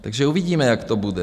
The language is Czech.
Takže uvidíme, jak to bude.